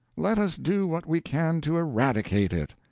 let us do what we can to eradicate it.